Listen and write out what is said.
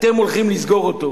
אתם רוצים לסגור אותו.